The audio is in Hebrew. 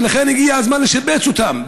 ולכן הגיע הזמן לשפץ אותם,